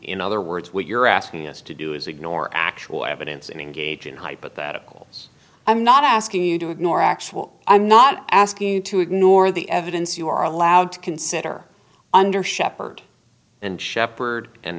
in other words what you're asking us to do is ignore actual evidence and engage in hypotheticals i'm not asking you to ignore actual i'm not asking you to ignore the evidence you are allowed to consider under shepherd and shepherd and